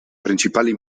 principali